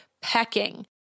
pecking